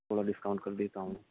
تھوڑا ڈسکاؤنٹ کر دیتا ہوں